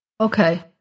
Okay